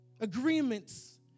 Agreements